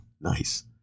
nice